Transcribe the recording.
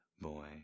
boy